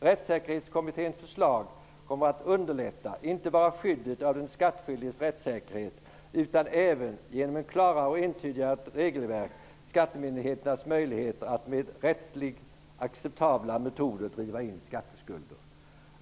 Rättssäkerhetskommitténs förslag kommer att underlätta inte bara skyddet av den skattskyldiges rättssäkerhet utan även genom ett klarare och entydigare regelverk skattemyndigheternas möjligheter att med rättsligt acceptabla metoder driva in skatteskulder.